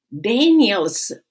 Daniel's